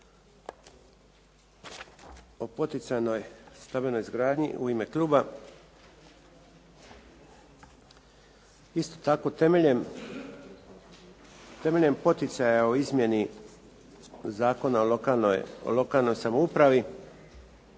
O poticajnoj stambenoj izgradnji u ime kluba. Isto tako temeljem poticaja o izmjeni Zakona o lokalnoj samoupravi